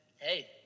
Hey